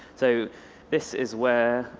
so this is where ah